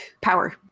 power